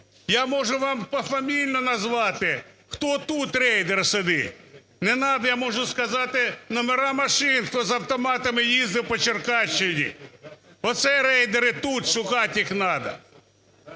Я можу вам пофамільно назвати, хто тут рейдер сидить, не надо, я можу сказати номери машин, хто з автоматами їздив по Черкащині. Оце рейдери тут, шукати їх надо.